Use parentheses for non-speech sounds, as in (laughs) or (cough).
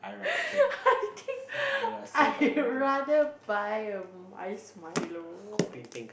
(laughs) I think I rather buy a ice milo